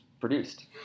produced